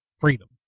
freedom